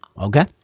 Okay